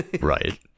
right